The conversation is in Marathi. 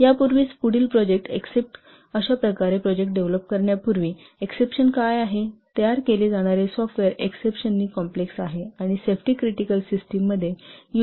यापूर्वीच अशा प्रकारचे प्रोजेक्ट डेव्हलप करण्यापूर्वी एक्ससेप्शन काय आहेत तयार केले जाणारे सॉफ्टवेअर एक्ससेप्शन कॉम्प्लेक्स आहे आणि सेफ्टी क्रिटिकल सिस्टिम मध्ये यूज केले जाईल